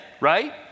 right